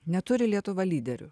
neturi lietuva lyderių